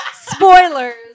Spoilers